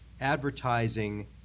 advertising